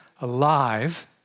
alive